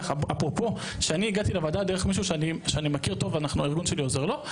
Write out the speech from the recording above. אפרופו שהגעתי לוועדה דרך מישהו שאני מכיר טוב והארגון שלי עוזר לו,